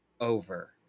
over